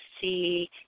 see